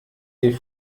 die